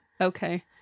Okay